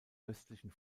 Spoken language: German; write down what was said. östlichen